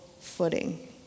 footing